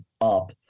up